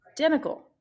identical